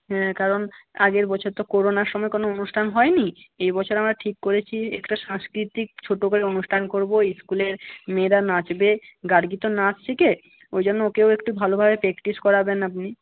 হ্যাঁ কারণ আগের বছর তো করোনার সময় কোনও অনুষ্ঠান হয় নি এই বছর আমরা ঠিক করেছি একটা সাংস্কৃতিক ছোট করে অনুষ্ঠান করবো স্কুলের মেয়েরা নাচবে গার্গী তো নাচ শেখে ওই জন্য ওকেও একটু ভালোভাবে প্র্যাকটিস করাবেন আপনি